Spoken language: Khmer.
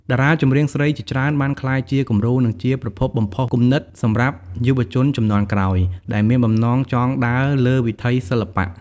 តារាចម្រៀងស្រីជាច្រើនបានក្លាយជាគំរូ និងជាប្រភពបំផុសគំនិតសម្រាប់យុវជនជំនាន់ក្រោយ ដែលមានបំណងចង់ដើរលើវិថីសិល្បៈ។